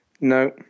No